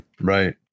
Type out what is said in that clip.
Right